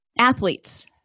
athletes